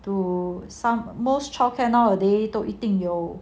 some most childcare nowadays to 一定有